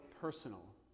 personal